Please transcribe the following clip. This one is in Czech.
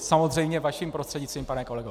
Samozřejmě vaším prostřednictvím, pane kolego.